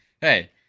Hey